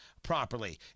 properly